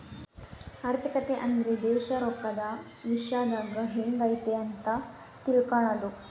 ಆರ್ಥಿಕತೆ ಅಂದ್ರೆ ದೇಶ ರೊಕ್ಕದ ವಿಶ್ಯದಾಗ ಎಂಗೈತೆ ಅಂತ ತಿಳ್ಕನದು